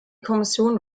kommission